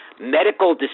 medical